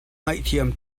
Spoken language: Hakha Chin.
ngaihthiam